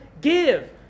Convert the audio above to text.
give